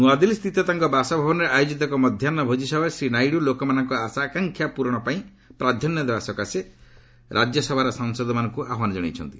ନୂଆଦିଲ୍ଲୀ ସ୍ଥିତ ତାଙ୍କ ବାସଭବନରେ ଆୟୋଜିତ ଏକ ମଧ୍ୟାହୁ ଭୋଜିସଭାରେ ଶ୍ରୀ ନାଇଡ଼ୁ ଲୋକମାନଙ୍କ ଆଶାଆକାଂକ୍ଷା ପୂରଣ ପାଇଁ ପ୍ରାଧାନ୍ୟ ଦେବା ସକାଶେ ରାଜ୍ୟସଭାର ସାଂସଦମାନଙ୍କୁ ଆହ୍ୱାନ ଜଣାଇଛନ୍ତି